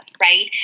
Right